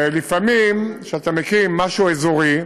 לפעמים כשאתה מקים משהו אזורי,